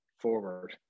forward